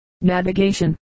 Navigation